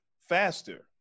faster